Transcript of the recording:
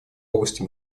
области